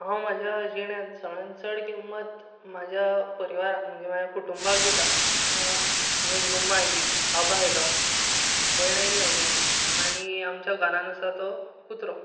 हांव म्हज्या जिणेंत सगळ्यांत चड किंमत म्हाज्या परिवाराक म्हणजे म्हाज्या कुटुंबाक दिता आं तेंतूत मम्मा आयली बाबा आयलो भयण येयली म्हाजी आनी आमच्या घरांत आसा तो कुत्रो